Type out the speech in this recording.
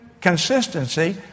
consistency